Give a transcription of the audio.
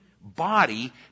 body